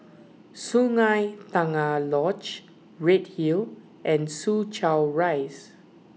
Sungei Tengah Lodge Redhill and Soo Chow Rise